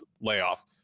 layoff